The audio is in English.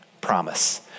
promise